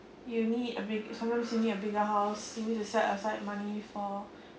you need a big sometimes you need a bigger house you need to set aside money for